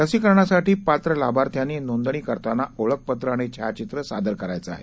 लसीकरणासाठी पात्र लाभार्थ्यांनी नोंदणी करताना ओळखपत्रं आणि छायाचित्र सादर करायचं आहे